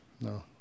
No